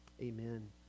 Amen